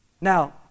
Now